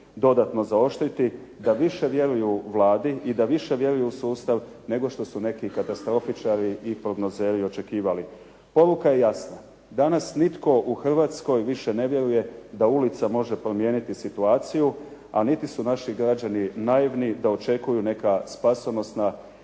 dodatno zaoštriti, da vjeruju više Vladi i da više vjeruju u sustav, nego što su neki katastrofičari i prognozeri očekivali Poruka je jasna, danas nitko u Hrvatskoj ne vjeruje da ulica može promijeniti situaciju, a niti su naši građani naivni da očekuju neka spasonosna